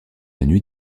nuit